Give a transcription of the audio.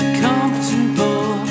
comfortable